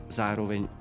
zároveň